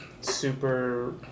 super